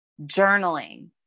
journaling